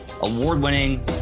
Award-winning